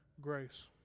grace